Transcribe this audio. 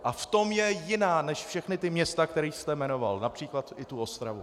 A v tom je jiná než všechna ta města, která jste jmenoval, například i tu Ostravu.